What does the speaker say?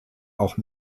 auch